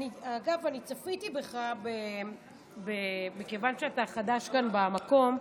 אגב, אני צפיתי בך, מכיוון שאתה חדש כאן במקום.